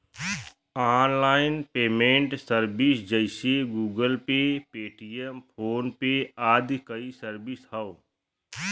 online payment service जइसे Google Pay, Paytm, PhonePe आदि कई सर्विस हौ